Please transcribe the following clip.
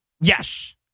Yes